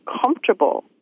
comfortable